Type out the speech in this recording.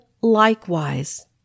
likewise